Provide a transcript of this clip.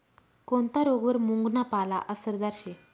कोनता रोगवर मुंगना पाला आसरदार शे